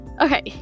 Okay